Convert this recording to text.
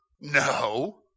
No